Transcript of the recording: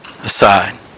aside